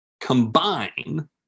combine